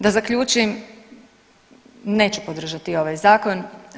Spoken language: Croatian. Da zaključim, neću podržati ovaj zakon.